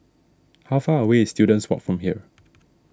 how far away is Students Walk from here